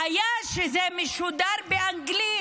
והבעיה היא שזה משודר באנגלית.